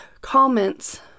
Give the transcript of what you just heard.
comments